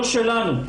לא שלנו.